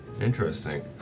Interesting